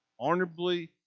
honorably